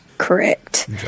Correct